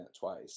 twice